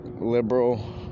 liberal